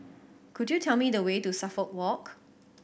could you tell me the way to Suffolk Walk